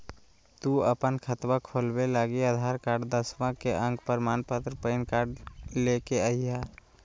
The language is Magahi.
तू अपन खतवा खोलवे लागी आधार कार्ड, दसवां के अक प्रमाण पत्र, पैन कार्ड ले के अइह